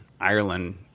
Ireland